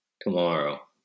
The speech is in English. tomorrow